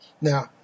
Now